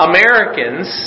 Americans